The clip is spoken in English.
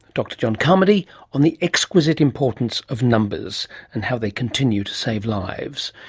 dr john carmody on the exquisite importance of numbers and how they continue to save lives.